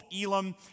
Elam